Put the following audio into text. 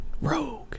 Rogue